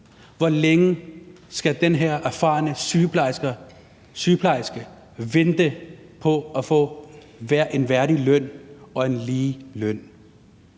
Hor længe skal den her erfarne sygeplejerske vente på at få en værdig og lige løn?